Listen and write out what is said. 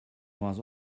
was